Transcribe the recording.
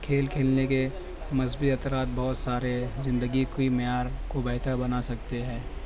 کھیل کھیلنے کے مثبی اثرات بہت سارے زندگی کی معیار کو بہتر بنا سکتے ہے